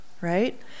right